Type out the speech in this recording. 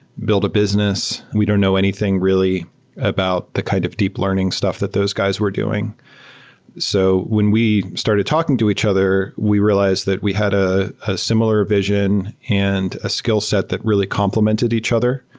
build a business. we don't know anything really about the kind of deep learning stuff that those guys were doing so when we started talking to each other, we realized that we had ah a similar vision and a skill set that really complemented each other,